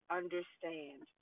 understand